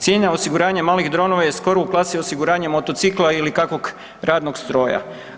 Cijena osiguranja malih dronovima je skoro u klasi osiguranja motocikla ili kakvog radnog stroja.